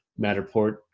Matterport